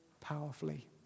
powerfully